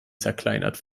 zerkleinert